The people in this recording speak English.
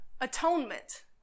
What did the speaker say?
atonement